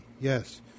yes